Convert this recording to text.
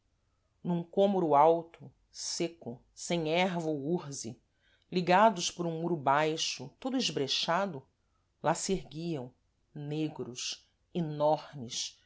num cômoro alto sêco sem erva ou urze ligados por um muro baixo todo esbrechado lá se erguiam negros enormes